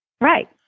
Right